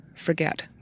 forget